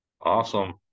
Awesome